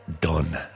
done